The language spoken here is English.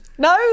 No